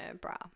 bra